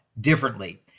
differently